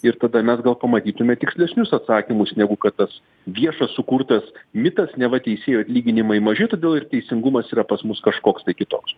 ir tada mes gal pamatytume tikslesnius atsakymus negu kad tas viešas sukurtas mitas neva teisėjų atlyginimai maži todėl ir teisingumas yra pas mus kažkoks tai kitoks